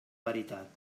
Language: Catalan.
veritat